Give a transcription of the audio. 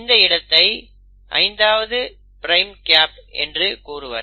இந்த இடத்தை 5 prime gap என்று கூறுவர்